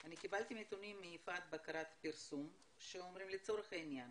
אני קיבלתי נתונים מ'יפעת-בקרת פרסום' שאומרים לצורך העניין,